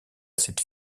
cette